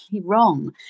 wrong